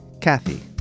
Kathy